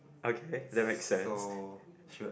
okay that makes sense